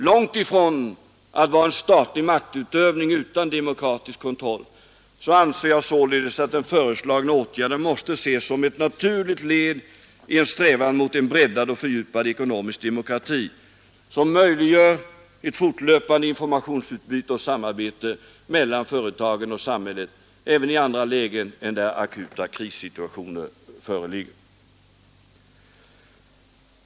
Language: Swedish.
Långtifrån att vara en statlig maktutövning utan demokratisk kontroll måste, anser jag, den föreslagna åtgärden ses som ett naturligt led i en strävan mot en breddad och fördjupad ekonomisk demokrati som möjliggör ett fortlöpande informationsutbyte och samarbete mellan företagen och samhället även i andra lägen än där akuta krissituationer föreligger.